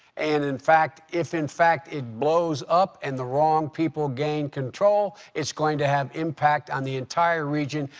and in fact, if, in fact, it blows up and the wrong people gain control, it's going to have impact on the entire region,